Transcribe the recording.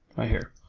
right here.